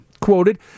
quoted